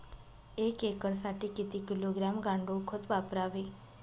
एक एकरसाठी किती किलोग्रॅम गांडूळ खत वापरावे?